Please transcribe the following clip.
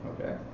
Okay